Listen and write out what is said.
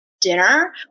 dinner